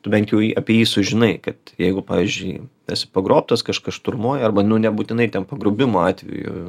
tu bent jau jį apie jį sužinai kad jeigu pavyzdžiui esi pagrobtas kažkas šturmuoja arba nu nebūtinai ten pagrobimo atveju